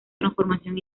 transformación